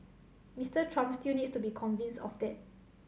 Mister Trump still needs to be convinced of that